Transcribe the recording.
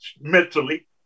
mentally